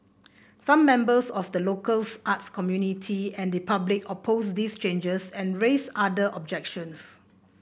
some members of the local arts community and the public opposed these changes and raised other objections